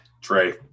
Trey